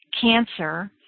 cancer